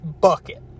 bucket